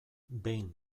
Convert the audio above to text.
behin